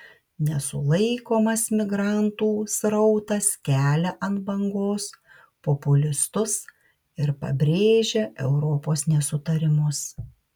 nesulaikomas migrantų srautas kelia ant bangos populistus ir pabrėžia europos nesutarimus